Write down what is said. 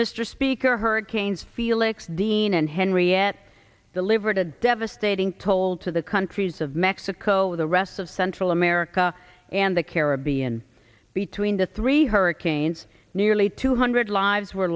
mr speaker hurricanes felix dean and henriette delivered a devastating toll to the countries of mexico the rest of central america and the caribbean between the three hurricanes nearly two hundred lives were